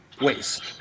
waste